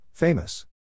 Famous